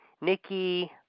Nikki